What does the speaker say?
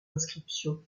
inscriptions